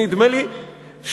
נדמה לי,